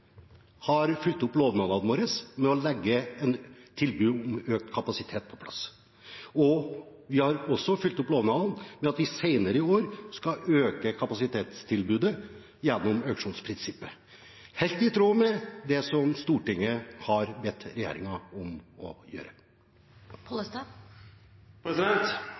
har fulgt opp lovnadene våre ved å legge et tilbud om økt kapasitet på plass. Vi har også fulgt opp lovnadene ved at vi senere i år skal øke kapasitetstilbudet gjennom auksjonsprinsippet – helt i tråd med det som Stortinget har bedt regjeringen om å gjøre.